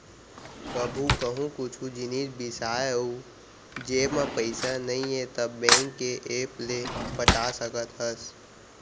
कभू कहूँ कुछु जिनिस बिसाए अउ जेब म पइसा नइये त बेंक के ऐप ले पटा सकत हस